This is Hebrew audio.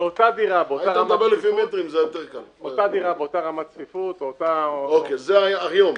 אותה דירה, באותה רמת צפיפות או --- זה היום.